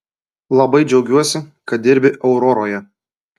labai džiaugiuosi kad dirbi auroroje